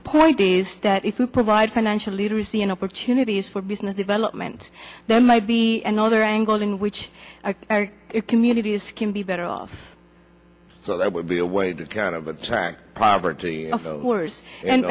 the point is that if you provide financial literacy and opportunities for business development that might be another angle in which our communities can be better off so that would be a way to kind of attack poverty wars and